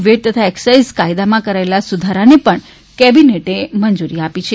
wet તથા excise કાયદામાં કરાયેલા સુધારાને પણ કેબિનેટની મંજૂરી અપાઈ છે